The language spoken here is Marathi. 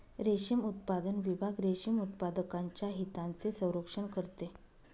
रेशीम उत्पादन विभाग रेशीम उत्पादकांच्या हितांचे संरक्षण करते